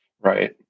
Right